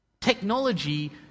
Technology